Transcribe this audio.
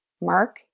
mark